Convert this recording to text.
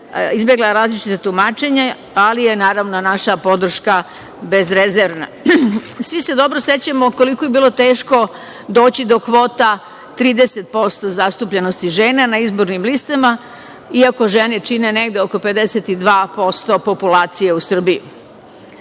izbegla različita tumačenja, ali je naša podrška bezrezervna. Svi se dobro sećamo koliko je bilo teško doći do kvota 30% zastupljenosti žena na izbornim listama, iako žene čine negde oko 52% populacije u